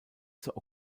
zur